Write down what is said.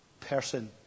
person